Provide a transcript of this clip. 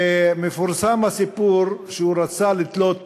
ומפורסם הסיפור שהוא רצה לתלות מישהו,